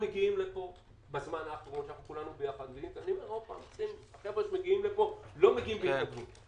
החבר'ה שמגיעים לפה בזמן האחרון לא מגיעים בהתנדבות,